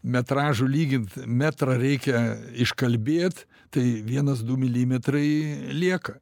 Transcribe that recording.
metražu lyginti metrą reikia iškalbėt tai vienas du milimetrai lieka